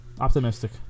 Optimistic